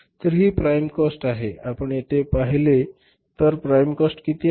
तर ही prime cost आहे आपण येथे हे पाहिले तर प्राइम कॉस्ट किती आहे